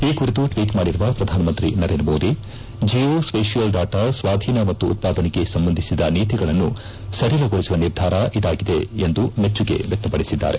ಈ ಕುರಿತು ಟ್ವೀಟ್ ಮಾಡಿರುವ ಪ್ರಧಾನಮಂತ್ರಿ Narendra Modi geospatial data ಸ್ವಾಧೀನ ಮತ್ತು ಉತ್ಪಾದನೆಗೆ ಸಂಬಂಧಿಸಿದ ನೀತಿಗಳನ್ನು ಸಡಿಲಗೊಳಿಸುವ ನಿರ್ಧಾರ ಇದಾಗಿದೆ ಎಂದು ಮೆಚ್ಲುಗೆ ವ್ಯಕ್ತಪಡಿಸಿದ್ದಾರೆ